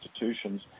institutions